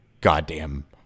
goddamn